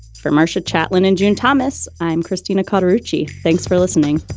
for marcia chatillon and june thomas. i'm christina carter g. thanks for listening